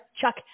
Chuck